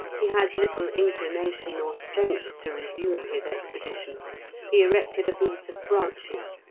he had little inclination or strength to resume his expedition he erected a booth of branches,